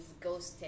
ghosting